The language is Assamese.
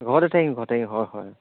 ঘৰতে থাকিম ঘৰতে থাকিম হয় হয়